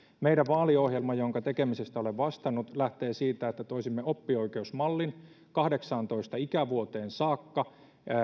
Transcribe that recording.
meidän vaaliohjelmamme jonka tekemisestä olen vastannut lähtee siitä että toisimme oppioikeusmallin kahdeksaantoista ikävuoteen saakka